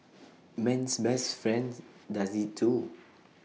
man's best friends does IT too